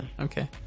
okay